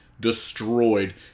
destroyed